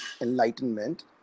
enlightenment